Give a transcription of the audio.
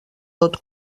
tot